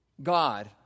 God